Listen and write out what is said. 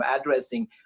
addressing